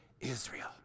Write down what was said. Israel